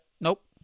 Nope